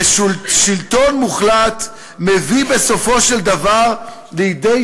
ושלטון מוחלט מביא בסופו של דבר לידי